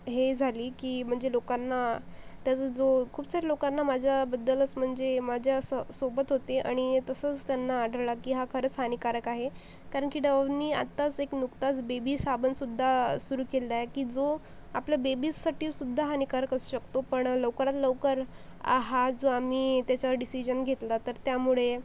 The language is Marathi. हे झाली की म्हणजे लोकांना त्याचं जो खूप साऱ्या लोकांना माझ्याबद्दलच म्हणजे माझ्यासोबत होते आणि तसंच त्यांना आढळला की हा खरंच हानिकारक आहे कारण की डवनी आत्ताच एक नुकताच बेबी साबनसुद्धा सुरू केलेला आहे की जो आपल्या बेबीजसाठी सुद्धा हानिकारक असू शकतो पण लवकरात लवकर आ हा जो आम्ही त्याच्यावर डिसिजन घेतला तर त्यामुळे